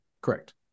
correct